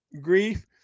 grief